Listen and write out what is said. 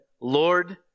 Lord